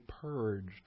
purged